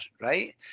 right